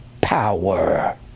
power